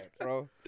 bro